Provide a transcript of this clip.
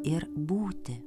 ir būti